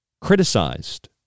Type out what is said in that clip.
criticized